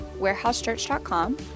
warehousechurch.com